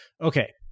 Okay